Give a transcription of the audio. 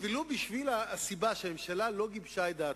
ולו בגלל הסיבה שהממשלה לא גיבשה את דעתה,